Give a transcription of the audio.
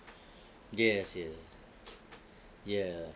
yes yes ya